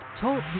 Talk